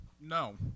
No